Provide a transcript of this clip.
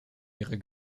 ihrer